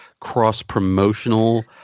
cross-promotional